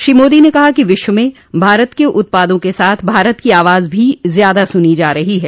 श्री मोदी ने कहा कि विश्व में भारत के उत्पादों के साथ भारत की आवाज भी ज्यादा सुनी जा रही है